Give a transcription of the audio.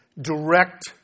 direct